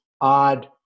odd